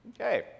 Okay